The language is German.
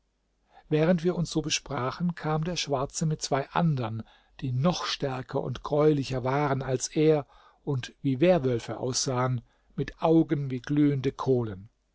während wir uns so besprachen kam der schwarze mit zwei andern die noch stärker und greulicher waren als er und wie werwölfe aussahen mit augen wie glühende kohlen